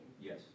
Yes